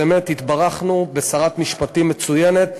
באמת התברכנו בשרת משפטים מצוינת,